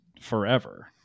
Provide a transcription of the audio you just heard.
forever